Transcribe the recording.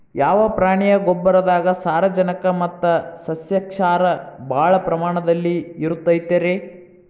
ಯಾವ ಪ್ರಾಣಿಯ ಗೊಬ್ಬರದಾಗ ಸಾರಜನಕ ಮತ್ತ ಸಸ್ಯಕ್ಷಾರ ಭಾಳ ಪ್ರಮಾಣದಲ್ಲಿ ಇರುತೈತರೇ?